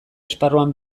esparruan